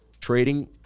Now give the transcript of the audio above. trading